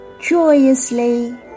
joyously